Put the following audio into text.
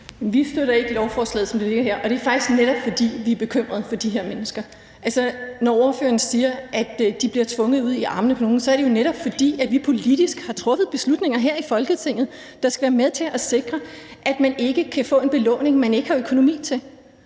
(V): Vi støtter ikke lovforslaget, som det ligger her, og det er faktisk, fordi vi netop er bekymrede for de her mennesker. Altså, når ordføreren siger, at de bliver tvunget ud i armene på nogen, så er det jo, netop fordi vi politisk har truffet beslutninger her i Folketinget, der skal være med til at sikre, at man ikke kan få en belåning, man ikke har økonomi til.